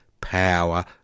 power